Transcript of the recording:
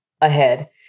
ahead